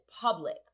public